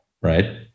right